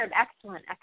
excellent